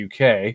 uk